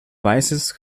weißes